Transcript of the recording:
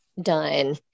done